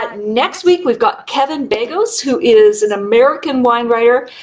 ah next week, we've got kevin begos who is an american wine writer.